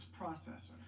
processor